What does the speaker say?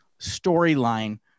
storyline